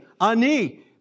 Ani